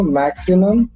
maximum